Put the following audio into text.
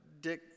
Dick